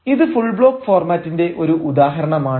ഇത് full block ഫോർമാറ്റിന്റെ ഒരു ഉദാഹരണമാണ്